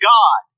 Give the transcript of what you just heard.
God